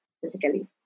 physically